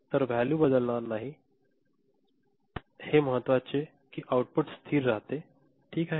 तर व्हॅल्यू बदलणार नाही आहे हे महत्वाचे की आउटपुट स्थिर राहते ठीक आहे